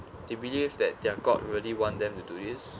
they believe that their god really want them to do this